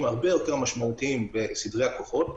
הרבה יותר משמעותיים בסדרי הכוחות,